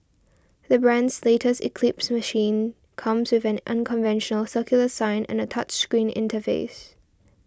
the brand's latest Eclipse machine comes with an unconventional circular sign and a touch screen interface